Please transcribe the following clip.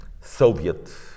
Soviet